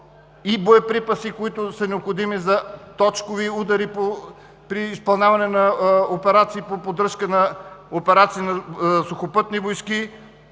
и боеприпаси, които са необходими за точкови удари при изпълняване на операции по поддръжка на операции на Сухопътни войски